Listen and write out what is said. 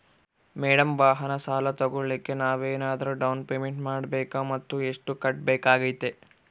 Madam ವಾಹನ ಸಾಲ ತೋಗೊಳೋಕೆ ನಾವೇನಾದರೂ ಡೌನ್ ಪೇಮೆಂಟ್ ಮಾಡಬೇಕಾ ಮತ್ತು ಎಷ್ಟು ಕಟ್ಬೇಕಾಗ್ತೈತೆ?